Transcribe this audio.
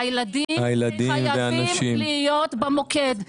והילדים חייבים להיות במוקד,